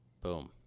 Boom